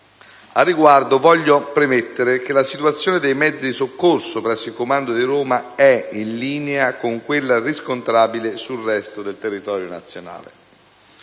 Al riguardo, voglio premettere che la situazione dei mezzi di soccorso presso il comando di Roma è in linea con quella riscontrabile sul resto del territorio nazionale.